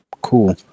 Cool